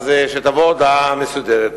שלא תבוא הודעה מסודרת.